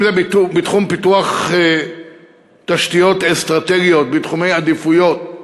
אם בתחום פיתוח תשתיות אסטרטגיות בתחומי עדיפויות,